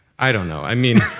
i don't know. i mean,